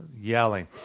yelling